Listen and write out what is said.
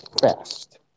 fast